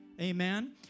Amen